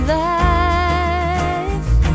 life